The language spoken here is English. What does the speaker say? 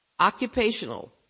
Occupational